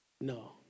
no